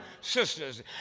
sisters